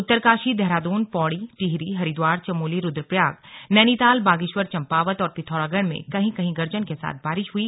उत्तरकाशी देहरादून पौड़ी टिहरी हरिद्वार चमोली रुद्रप्रयाग नैनीताल बागेश्वर चंपावत और पिथौरागढ़ में कहीं कहीं गर्जन के साथ बारिश हुई